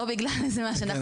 לא בגלל איזה משהו,